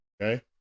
okay